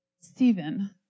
Stephen